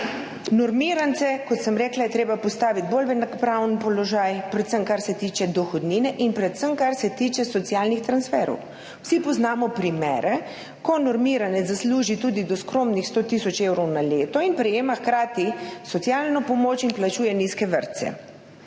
Normirance, kot sem rekla, je treba postaviti v bolj enakopraven položaj, predvsem kar se tiče dohodnine in predvsem kar se tiče socialnih transferov. Vsi poznamo primere, ko normiranec zasluži tudi do skromnih 100 tisoč evrov na leto in prejema hkrati socialno pomoč in plačuje nizke [cene]